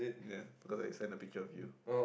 ya because I send a picture of you